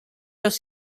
los